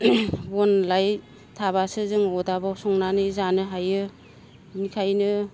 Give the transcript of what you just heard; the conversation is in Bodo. बन लाय थाबासो जों अरदाबाव संनानै जानो हायो बेनिखायनो